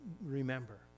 remember